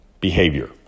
behavior